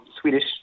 Swedish